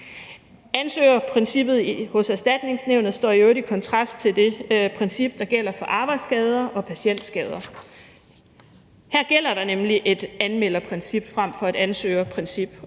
Ansøgerprincippet hos Erstatningsnævnet står i øvrigt i kontrast til det princip, der gælder for arbejdsskader og patientskader. Her gælder der nemlig et anmelderprincip frem for et ansøgerprincip,